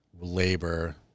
labor